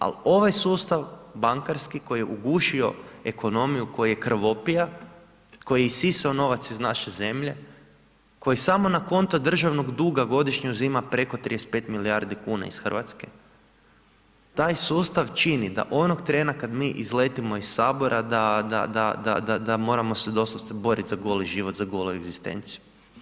Ali ovaj sustav bankarski koji je ugušio ekonomiju, koji je krvopija, koji je isisao novac iz naše zemlje, koji samo na konto državnog duga godišnje uzima preko 35 milijardi kuna iz Hrvatske, taj sustav čini da onog trena kad mi izletimo iz sabora da, da, da moramo se doslovce borit za goli život, za golu egzistenciju.